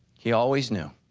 he always knew.